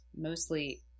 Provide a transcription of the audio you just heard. mostly